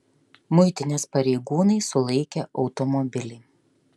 muitinės pareigūnai sulaikė automobilį